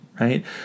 right